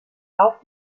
auf